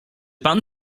pan